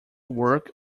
work